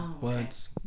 words